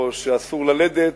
או שאסור ללדת,